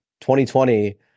2020